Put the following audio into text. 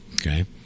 okay